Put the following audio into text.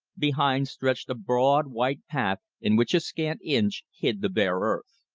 behind stretched a broad white path in which a scant inch hid the bare earth.